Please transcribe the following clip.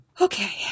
Okay